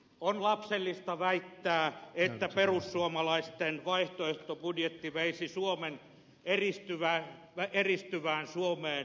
on lapsellista väittää että perussuomalaisten vaihtoehtobudjetti veisi suomen eristyvään suomeen